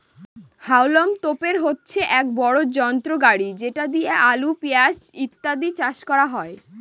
হাউলম তোপের হচ্ছে এক বড় যন্ত্র গাড়ি যেটা দিয়ে আলু, পেঁয়াজ ইত্যাদি চাষ করা হয়